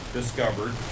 discovered